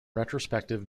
retrospective